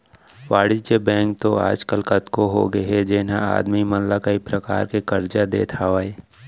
वाणिज्य बेंक तो आज काल कतको होगे हे जेन ह आदमी मन ला कई परकार के करजा देत हावय